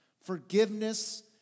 Forgiveness